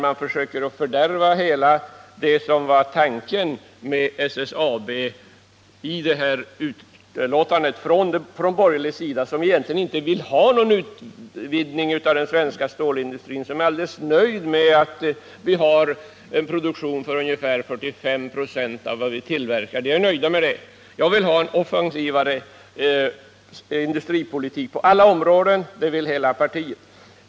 Man försöker i betänkandet från borgerlig sida fördärva hela tanken med SSAB. De borgerliga vill egentligen inte ha en utveckling av den svenska stålindustrin, de är helt nöjda med att vi har en produktion på ungefär 45 96 av kapaciteten. Vi socialdemokrater vill ha en offensivare industripolitik på hela området.